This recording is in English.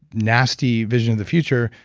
nasty vision of the future.